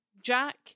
jack